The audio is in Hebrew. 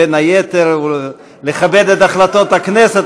בין היתר לכבד את החלטות הכנסת,